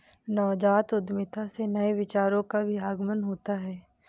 नवजात उद्यमिता से नए विचारों का भी आगमन होता है